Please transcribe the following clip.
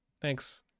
Thanks